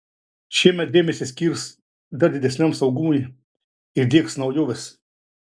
šiemet dėmesį skirs dar didesniam saugumui ir diegs naujoves